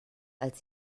als